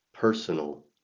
Personal